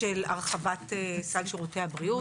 הרחבת סל שירותי הבריאות,